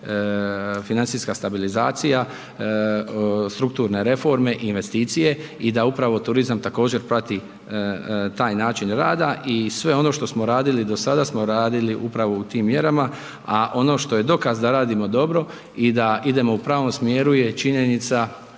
financijska stabilizacija, strukturne reforme i investicije i da upravo turizam također prati taj način rada i sve ono što smo radili do sada smo radili upravo u tim mjerama, a ono što je dokaz da radimo dobro i da idemo u pravom smjeru je činjenica